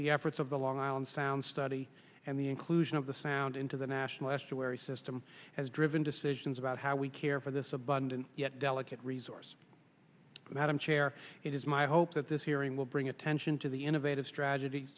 the efforts of the long island sound study and the inclusion of the sound into the national estuary system has driven decisions about how we care for this abundant yet delicate resource madam chair it is my hope that this hearing will bring attention to the innovative stra